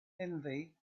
envy